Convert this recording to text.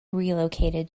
relocated